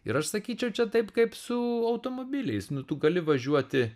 ir aš sakyčiau čia taip kaip su automobiliais nu tu gali važiuoti